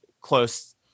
close